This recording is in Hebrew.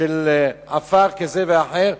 עפר כזה ואחר,